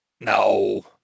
No